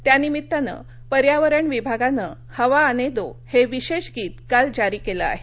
त्यानिमित्तानं पर्यावरण विभागानं हवा आने दो हे विशेष गीत काल जारी केलं आहे